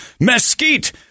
mesquite